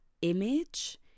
image